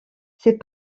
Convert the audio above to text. ses